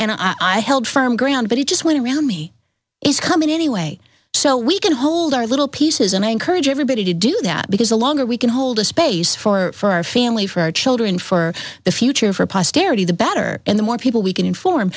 and i held firm ground but it just went around me is coming anyway so we can hold our little pieces and i encourage everybody to do that because the longer we can hold a space for our family for our children for the future for posterity the better and the more people we can inform